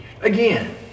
Again